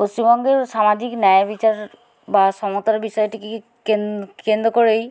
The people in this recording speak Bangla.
পশ্চিমবঙ্গের সামাজিক ন্যায় বিচার বা সমতার বিষয়টিকে কেন কেন্দ্র করেই